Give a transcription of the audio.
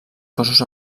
cossos